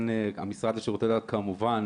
המשרד לשירותי דת כמובן,